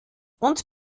und